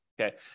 okay